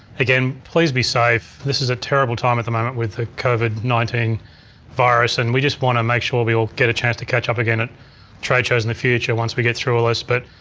again please be safe this a terrible time at the moment with the covid nineteen virus and we just wanna make sure we all get a chance to catch up again at trade shows in the future once we get through all this but